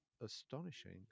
astonishing